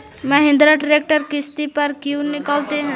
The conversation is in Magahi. महिन्द्रा ट्रेक्टर किसति पर क्यों निकालते हैं?